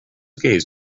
gaze